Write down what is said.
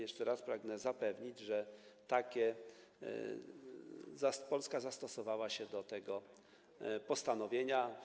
Jeszcze raz pragnę zapewnić, że Polska zastosowała się do tego postanowienia.